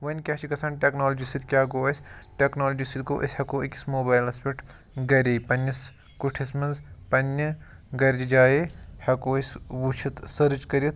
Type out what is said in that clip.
وۄنۍ کیاہ چھُ گژھان ٹیٚکنالجی سۭتۍ کیاہ گوٚو اسہِ ٹیٚکنالجی سۭتۍ گوٚو أسۍ ہیٚکو أکِس موبایلَس پٮ۪ٹھ گَھرے پننِس کُٹھِس منٛز پننہِ گَھرِ جایہِ ہیٚکو أسۍ وٕچھِتھ سٔرٕچ کٔرِتھ